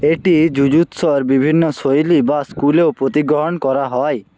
এটি জুজুৎসর বিভিন্ন শৈলী বা স্কুলেও প্রতিগ্রহণ করা হয়